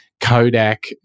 kodak